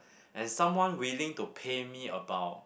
and someone willing to pay me about